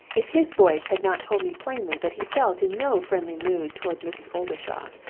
if his voice had not told me plainly that he felt in no friendly mood toward mrs. oldershaw,